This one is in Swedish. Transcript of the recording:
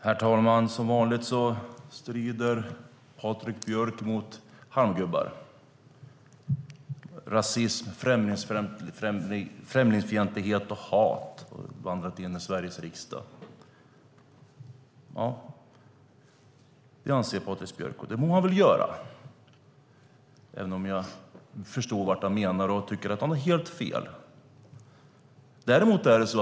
Herr talman! Som vanligt strider Patrik Björck mot halmgubbar. Han säger att rasism, främlingsfientlighet och hat har vandrat in i Sveriges riksdag. Det anser Patrik Björck, och det må han väl göra, även om jag förstår vad han har i åtanke och tycker att han har helt fel.